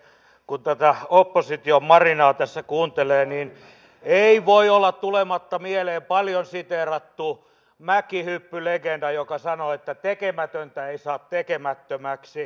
kun tätä opposition marinaa tässä kuuntelee niin ei voi olla tulematta mieleen paljon siteerattu mäkihyppylegenda joka sanoi että tekemätöntä ei saa tekemättömäksi